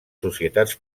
societats